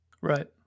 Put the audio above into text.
Right